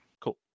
Cool